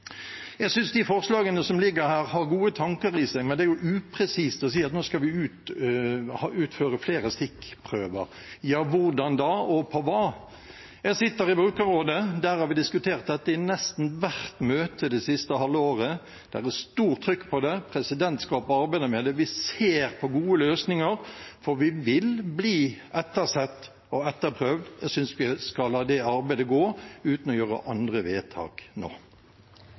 Jeg synes de forslagene som ligger her, har gode tanker i seg, men det er upresist å si at vi nå skal utføre flere stikkprøver. Hvordan, og av hva? Jeg sitter i brukerrådet. Der har vi diskutert dette i nesten hvert møte det siste halve året. Det er stort trykk på det. Presidentskapet arbeider med det. Vi ser på gode løsninger, for vi vil bli ettersett og etterprøvd. Jeg synes vi skal la det arbeidet gå uten å gjøre andre vedtak nå.